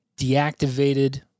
deactivated